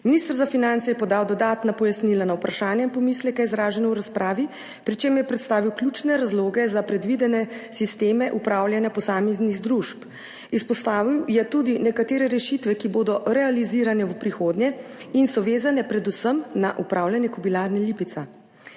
Minister za finance je podal dodatna pojasnila na vprašanja in pomisleke, izražene v razpravi, pri čemer je predstavil ključne razloge za predvidene sisteme upravljanja posameznih družb. Izpostavil je tudi nekatere rešitve, ki bodo realizirane v prihodnje in so vezane predvsem na upravljanje Kobilarne Lipica.